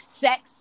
sex